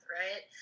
right